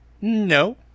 No